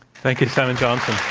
thank you, simon johnson.